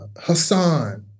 Hassan